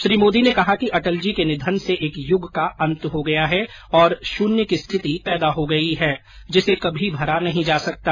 श्री मोदी ने कहा कि अटल जी के निधन से एक युग का अंत हो गया है और शून्य की स्थिति पैदा हो गई है जिसे कभी भरा नहीं जा सकता